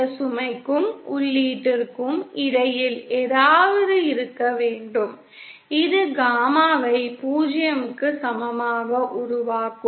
இந்த சுமைக்கும் உள்ளீட்டிற்கும் இடையில் ஏதாவது இருக்க வேண்டும் இது காமாவை 0 க்கு சமமாக உருவாக்கும்